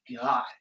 God